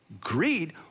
greed